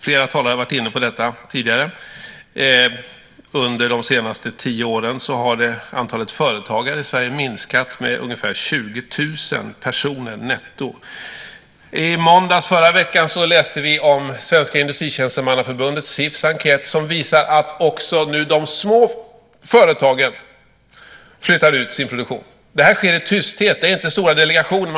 Flera talare har varit inne på detta tidigare: Under de senaste tio åren har antalet företagare i Sverige minskat med ungefär 20 000 netto. I måndags i förra veckan läste vi om Svenska Industritjänstemannaförbundets, SIF:s, enkät som visar att nu också de små företagen flyttar ut sin produktion. Detta sker i tysthet. Det handlar inte om stora delegationer.